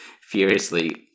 furiously